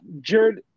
Jared